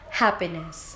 happiness